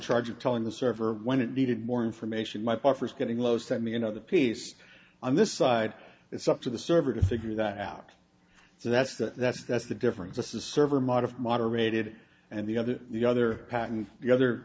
charge of telling the server when it needed more information might offer is getting low send me another piece on this side it's up to the server to figure that out so that's that's that's the difference a server model moderated and the other the other patent the other